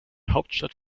hauptstadt